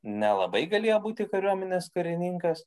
nelabai galėjo būti kariuomenės karininkas